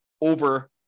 over